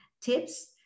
tips